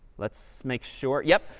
let's make sure yep,